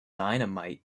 dynamite